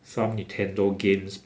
some nintendo games